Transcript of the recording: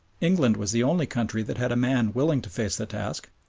england was the only country that had a man willing to face the task,